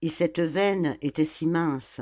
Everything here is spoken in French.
et cette veine était si mince